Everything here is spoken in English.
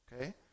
Okay